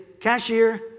Cashier